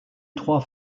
trois